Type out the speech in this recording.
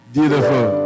Beautiful